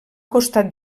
costat